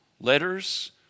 letters